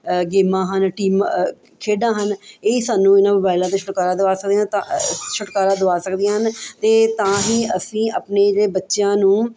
ਗੇਮਾਂ ਹਨ ਟੀਮਾਂ ਖੇਡਾਂ ਹਨ ਇਹੀ ਸਾਨੂੰ ਇਹਨਾਂ ਮੋਬਾਇਲਾਂ ਤੋਂ ਛੁਟਕਾਰਾ ਦਵਾ ਸਕਦੀਆਂ ਤਾਂ ਛੁਟਕਾਰਾ ਦਵਾ ਸਕਦੀਆਂ ਹਨ ਅਤੇ ਤਾਂ ਹੀ ਅਸੀਂ ਆਪਣੇ ਜਿਹੜੇ ਬੱਚਿਆਂ ਨੂੰ